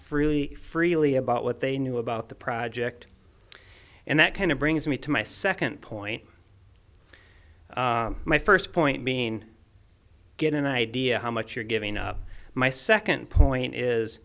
freely freely about what they knew about the project and that kind of brings me to my second point my first point being get an idea how much you're giving up my second point is